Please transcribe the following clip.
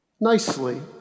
nicely